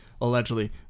allegedly